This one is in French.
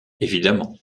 évidemment